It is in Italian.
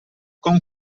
con